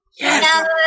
Yes